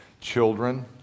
children